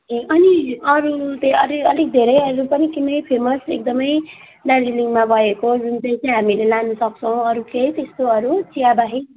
ए अनि अरू त्यही अलिक अलिक धेरै पनि कुनै फेमस एकदमै दार्जिलिङमा भएको जुन चाहिँ त्यही हामीले लानसक्छौँ अरू केही त्यस्तोहरू चियाबाहेक